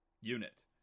unit